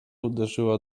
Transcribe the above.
uderzyła